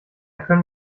können